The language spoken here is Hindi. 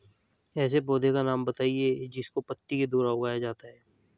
ऐसे पौधे का नाम बताइए जिसको पत्ती के द्वारा उगाया जाता है